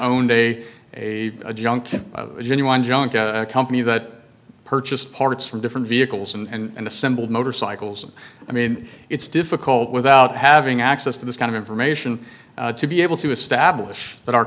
owned a a a junket a genuine junk company that purchased parts from different vehicles and assembled motorcycles and i mean it's difficult without having access to this kind of information to be able to establish that our